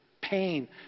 pain